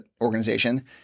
organization